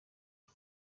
rwe